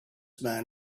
man